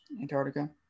Antarctica